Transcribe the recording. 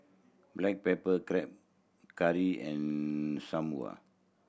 black pepper crab curry and Sam Lau